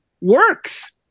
works